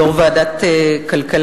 יושב-ראש ועדת הכלכלה.